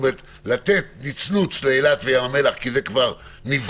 לתת נצנוץ לאילת וים המלח כי זה נבחן,